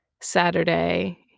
Saturday